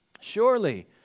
Surely